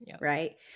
right